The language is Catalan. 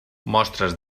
mostres